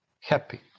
happy